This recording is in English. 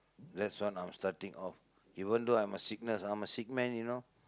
that's why I'm starting off even though I'm a sickness I'm a sick man you know